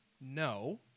no